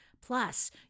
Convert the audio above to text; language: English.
Plus